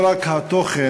לא רק התוכן,